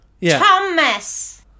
Thomas